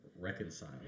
reconcile